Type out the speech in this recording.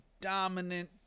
dominant